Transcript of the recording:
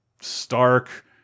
stark